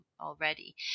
already